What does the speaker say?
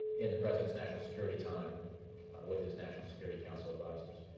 in the president's national security time with his national security council advisors.